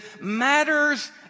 matters